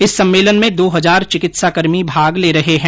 इस सम्मेलन में दो हजार चिकित्साकर्मी भाग ले रहे है